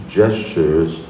gestures